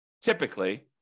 typically